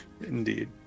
Indeed